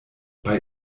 bei